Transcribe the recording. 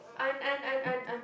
un~ un~ un~ un~ unbelievable